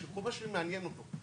שכל מה שמעניין אותו,